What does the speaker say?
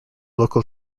local